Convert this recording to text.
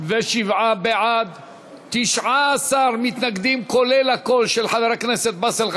ההצעה להעביר את הצעת חוק התגמולים לנפגעי פעולות איבה